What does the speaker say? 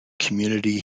community